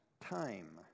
time